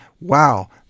Wow